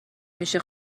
میشه